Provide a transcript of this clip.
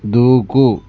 దూకు